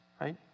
right